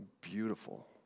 beautiful